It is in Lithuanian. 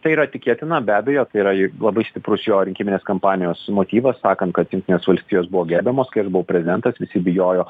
tai yra tikėtina be abejo yra labai stiprus jo rinkiminės kampanijos motyvas sakant kad jungtinės valstijos buvo gerbiamos kai aš buvau prezidentas visi bijojo